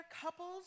couples